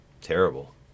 terrible